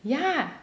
yeah